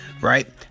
right